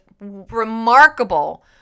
remarkable